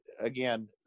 again